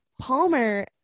palmer